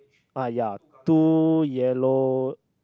uh ya two yellow